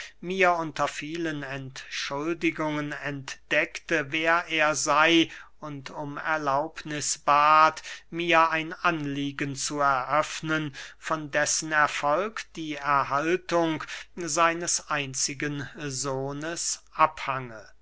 mir unter vielen entschuldigungen entdeckte wer er sey und um erlaubniß bat mir ein anliegen zu eröffnen von dessen erfolg die erhaltung seines einzigen sohnes abhange